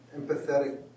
empathetic